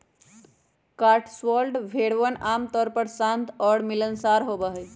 Cotswold भेड़वन आमतौर पर शांत और मिलनसार होबा हई